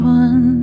one